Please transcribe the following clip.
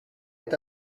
est